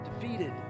Defeated